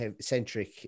centric